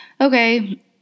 Okay